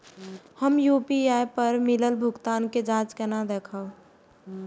हम यू.पी.आई पर मिलल भुगतान के जाँच केना देखब?